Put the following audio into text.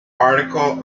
article